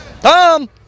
Tom